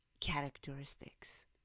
characteristics